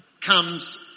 comes